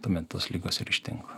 tuomet tos ligos ir ištinka